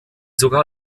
sogar